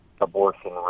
abortion